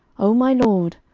o my lord,